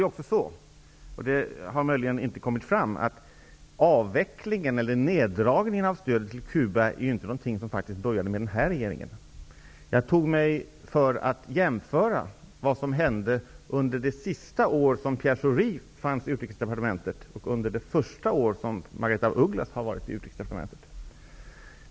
Det har möjligen inte kommit fram att neddragningen av stödet till Cuba inte började med denna regering. Jag har jämfört vad som hände under det sista år som Pierre Schori fanns i Utrikesdepartementet och under det första år som Margaretha af Ugglas har funnits i Utrikesdepartementet.